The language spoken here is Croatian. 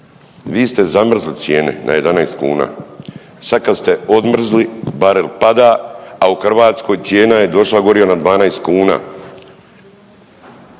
Vi ste zamrzli cijene na 11 kuna. Sad kad ste odmrzli barem pada, a u Hrvatskoj cijena je došla goriva na 12 kuna.